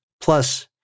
Plus